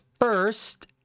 first